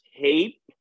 tape